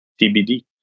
TBD